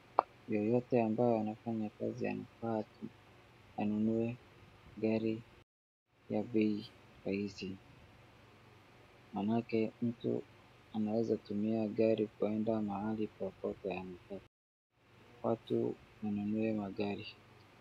Yoyote ambayo anafanya kazi anafaa anunue gari ya bei rahisi. Maanake mtu anaweza tumia gari kwenda mahali popote anataka. Watu wanunue magari.